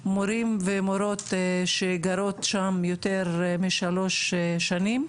מורים ומורות שגרות שם יותר משלוש שנים,